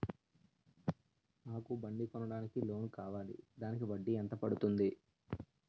నాకు బండి కొనడానికి లోన్ కావాలిదానికి వడ్డీ ఎంత పడుతుంది?